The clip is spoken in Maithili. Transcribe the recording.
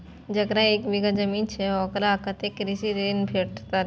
जकरा एक बिघा जमीन छै औकरा कतेक कृषि ऋण भेटत?